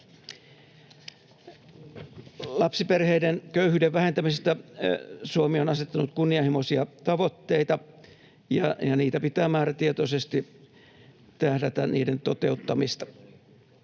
Lapsiperheiden köyhyyden vähentämisessä Suomi on asettanut kunnianhimoisia tavoitteita, ja niiden toteuttamiseen pitää määrätietoisesti tähdätä. Valiokunta pitää